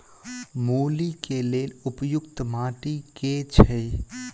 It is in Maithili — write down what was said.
मूली केँ लेल उपयुक्त माटि केँ छैय?